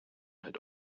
had